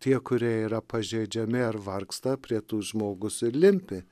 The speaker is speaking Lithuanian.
tie kurie yra pažeidžiami ar vargsta prie tų žmogus ir limpi